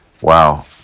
wow